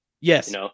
Yes